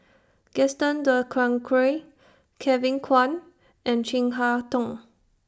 Gaston Dutronquoy Kevin Kwan and Chin Harn Tong